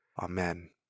Amen